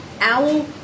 OWL